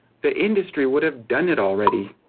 the industry would have done it already.